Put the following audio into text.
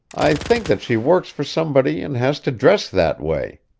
i think that she works for somebody and has to dress that way.